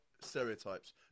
stereotypes